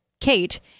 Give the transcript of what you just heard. Kate